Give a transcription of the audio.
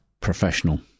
professional